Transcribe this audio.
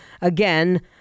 again